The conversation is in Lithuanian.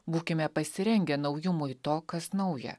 būkime pasirengę naujumui to kas nauja